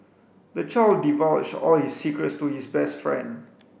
the child divulged all his secrets to his best friend